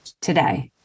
today